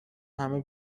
همه